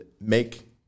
make